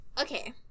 Okay